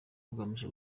ugamije